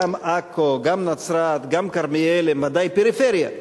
גם עכו גם נצרת וגם כרמיאל הן עדיין פריפריה.